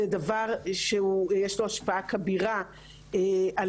זה דבר שהוא יש לו השפעה כבירה עליהן.